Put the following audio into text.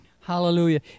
Hallelujah